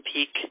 Peak